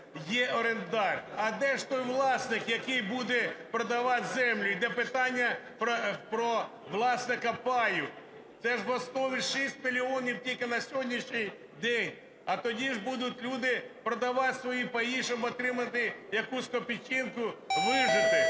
є орендар. А де ж той власник, який буде продавати землю? Йде питання про власника паю. Це ж в основі 6 мільйонів тільки на сьогоднішній день, а тоді ж будуть люди продавати свої паї, щоб отримати якусь копійчинку вижити.